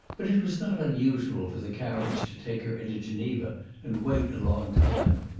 but it was not unusual for the carriage to take her into geneva and wait a long time.